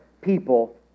people